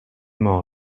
m’en